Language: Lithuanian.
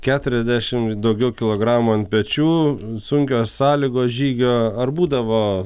keturiasdešimt daugiau kilogramų ant pečių sunkios sąlygos žygio ar būdavo